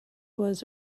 was